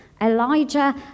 Elijah